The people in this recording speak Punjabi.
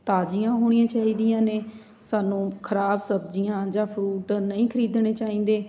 ਤਾਜ਼ੀਆਂ ਹੋਣੀਆਂ ਚਾਹੀਦੀਆਂ ਨੇ ਸਾਨੂੰ ਖ਼ਰਾਬ ਸਬਜ਼ੀਆਂ ਜਾਂ ਫਰੂਟ ਨਹੀਂ ਖਰੀਦਣੇ ਚਾਹੀਦੇ